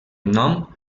nom